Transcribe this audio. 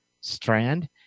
strand